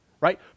right